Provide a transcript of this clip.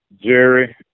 Jerry